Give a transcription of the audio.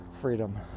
Freedom